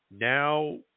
now